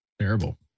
terrible